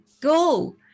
go